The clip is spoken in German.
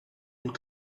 und